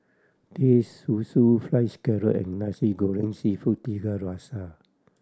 Teh Susu Fried Scallop and Nasi Goreng Seafood Tiga Rasa